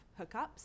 hookups